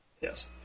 Yes